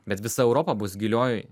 bet visa europa bus gilioj